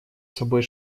собой